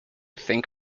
think